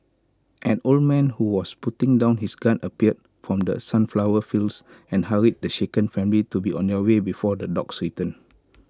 an old man who was putting down his gun appeared from the sunflower fields and hurried the shaken family to be on their way before the dogs return